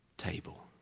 Table